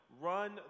Run